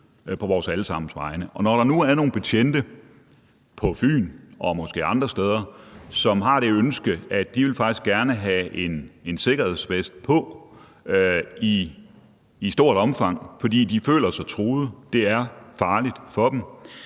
på vores alle sammens vegne. Og når der nu er nogle betjente på Fyn og måske andre steder, som har det ønske, at de faktisk gerne vil have en sikkerhedsvest på i et stort omfang, fordi de føler sig truet – det er farligt for dem